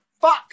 fuck